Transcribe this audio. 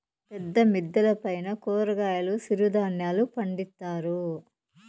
పెద్ద మిద్దెల పైన కూరగాయలు సిరుధాన్యాలు పండిత్తారు